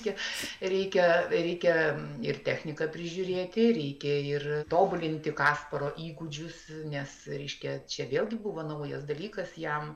kiek reikia reikia ir techniką prižiūrėti reikia ir tobulinti kasparo įgūdžius nes reiškia čia vėl gi buvo naujas dalykas jam